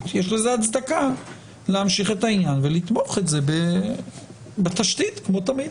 יש לזה הצדקה להמשיך את העניין ולתמוך את זה בתשתית כמו תמיד.